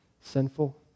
sinful